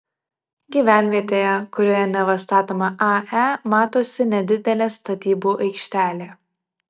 gyvenvietėje kurioje neva statoma ae matosi nedidelė statybų aikštelė